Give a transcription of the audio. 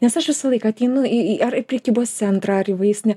nes aš visą laiką ateinu į į ar į prekybos centrą ar į vaistinę